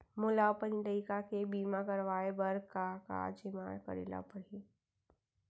मोला अपन लइका के बीमा करवाए बर का का जेमा करे ल परही?